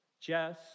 Jess